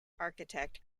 architect